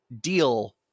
deal